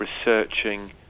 researching